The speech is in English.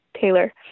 Taylor